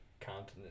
continent